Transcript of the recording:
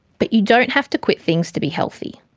but you don't have to quit things to be healthy,